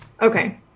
Okay